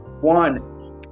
one